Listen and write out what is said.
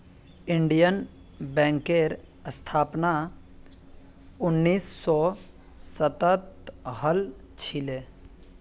Indian बैंकेर स्थापना उन्नीस सौ सातत हल छिले